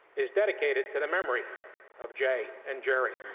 is dedicated to the memory of jay and jerry,